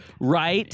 right